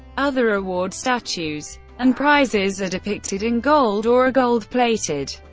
other award statues and prizes are depicted in gold or are gold plated.